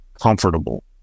comfortable